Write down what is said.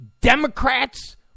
Democrats